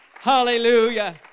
Hallelujah